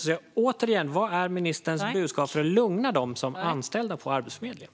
Därför vill jag återigen fråga: Vad är ministerns budskap för att lugna dem som är anställda på Arbetsförmedlingen?